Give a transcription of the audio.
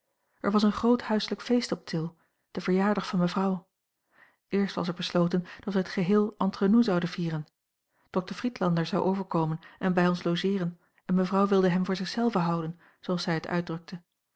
er was een groot huislijk feest op til de verjaardag van mevrouw eerst was er besloten dat wij het geheel entre nous zouden vieren dr friedlander zou overkomen en bij ons logeeren en mevrouw wilde hem voor zich zelve houden zooals zij het uitdrukte